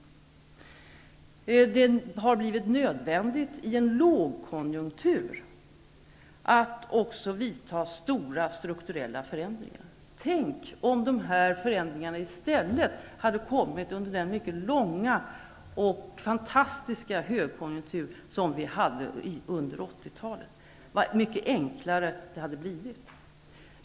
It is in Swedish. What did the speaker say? Det har blivit nödvändigt i en lågkonjunktur att också vidta stora strukturella förändringar. Tänk, om de förändringarna i stället hade kommit under den mycket långa och fantastiska högkonjunktur som vi hade under 80-talet! Så mycket enklare det hade blivit.